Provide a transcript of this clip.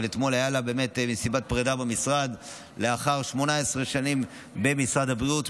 אבל אתמול הייתה לה מסיבת פרידה במשרד לאחר 18 שנים במשרד הבריאות,